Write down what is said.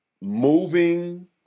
moving